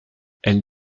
elle